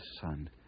son